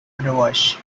otherwise